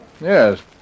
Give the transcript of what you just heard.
Yes